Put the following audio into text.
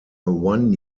one